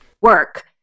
work